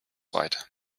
weite